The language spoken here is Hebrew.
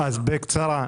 בקצרה.